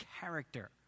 character